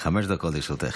חמש דקות לרשותך.